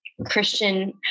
Christian